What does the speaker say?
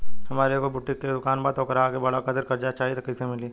हमार एगो बुटीक के दुकानबा त ओकरा आगे बढ़वे खातिर कर्जा चाहि त कइसे मिली?